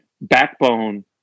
backbone